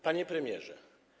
Panie Premierze!